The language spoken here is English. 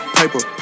paper